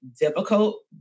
difficult